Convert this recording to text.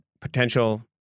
potential